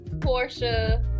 portia